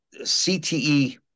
CTE